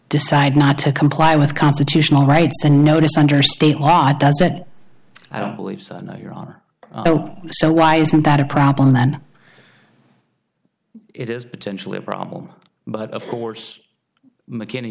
decide not to comply with constitutional rights and notice under state law does that i don't believe sir no your honor so why isn't that a problem man it is potentially a problem but of course mckinney